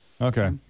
Okay